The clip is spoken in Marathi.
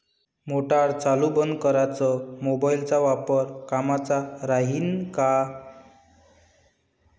मोटार चालू बंद कराच मोबाईलचा वापर कामाचा राहीन का?